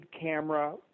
camera